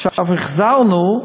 עכשיו החזרנו,